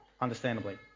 understandably